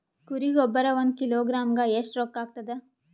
ಕುರಿ ಗೊಬ್ಬರ ಒಂದು ಕಿಲೋಗ್ರಾಂ ಗ ಎಷ್ಟ ರೂಕ್ಕಾಗ್ತದ?